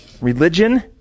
religion